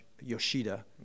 Yoshida